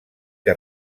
que